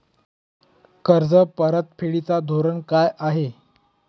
कर्ज परतफेडीचे धोरण काय आहे?